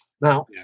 Now